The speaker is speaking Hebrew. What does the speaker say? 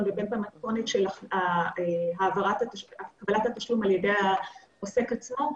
ובין במתכונת של גביית התשלום ידי העוסק עצמו,